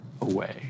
away